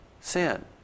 sin